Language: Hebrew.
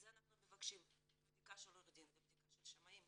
בשביל זה אנחנו מבקשים בדיקה של עורך דין ובדיקה של שמאים.